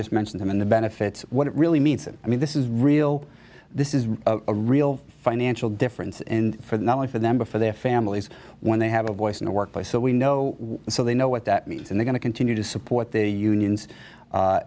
just mention them in the benefits what it really means that i mean this is real this is a real financial difference in for the not only for them but for their families when they have a voice in the workplace so we know so they know what that means and they going to continue to support the unions